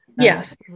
yes